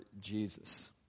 Jesus